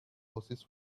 oasis